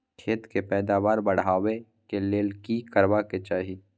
खेत के पैदावार बढाबै के लेल की करबा के चाही?